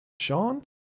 Sean